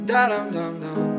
Da-dum-dum-dum